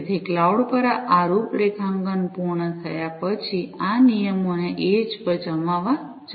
તેથી ક્લાઉડ પર આ રૂપરેખાંકન પૂર્ણ થયા પછી આ નિયમોને એડ્જ પર જમાવવા જરૂરી છે